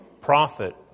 Prophet